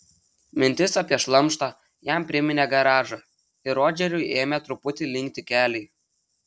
mintis apie šlamštą jam priminė garažą ir rodžeriui ėmė truputį linkti keliai